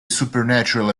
supernatural